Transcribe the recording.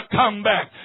comeback